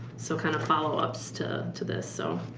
so kind of follow-ups to to this. so